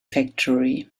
factory